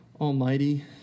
almighty